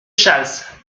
chasles